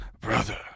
brother